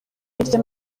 hirya